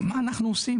ומה אנחנו עושים,